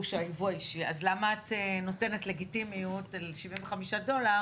האישי אז למה את נותנת לגיטימיות על 75 דולר,